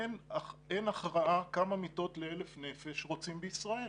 אין הכרעה כמה מיטות לאלף נפש רוצים בישראל.